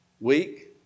week